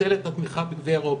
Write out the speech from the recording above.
לבטל את התמיכה בגביע אירופה.